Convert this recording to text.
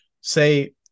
say